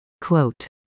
Quote